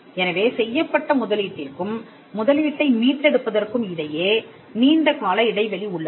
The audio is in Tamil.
எனவே செய்யப்பட்ட முதலீட்டிற்கும் முதலீட்டை மீட்டெடுப்பதற்கும் இடையே நீண்ட கால இடைவெளி உள்ளது